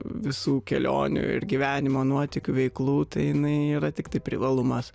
visų kelionių ir gyvenimo nuotykių veiklų tai jinai yra tiktai privalumas